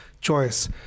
choice